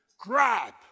Grab